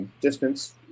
Distance